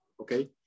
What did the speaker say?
okay